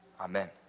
Amen